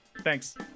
Thanks